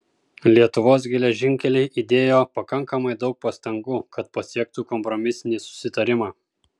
lietuvos geležinkeliai įdėjo pakankamai daug pastangų kad pasiektų kompromisinį susitarimą